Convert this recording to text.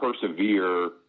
persevere